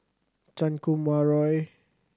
Chan Kum Wah Roy